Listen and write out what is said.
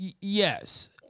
Yes